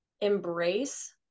Embrace